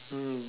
mm